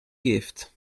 gift